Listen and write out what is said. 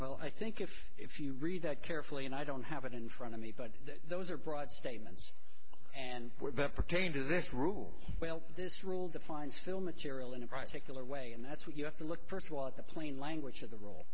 well i think if if you read that carefully and i don't have it in front of me but those are broad statements and pertain to this rule well this rule defines fill material in a prosecutor way and that's what you have to look first of all at the plain language of the role